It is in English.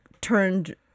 turned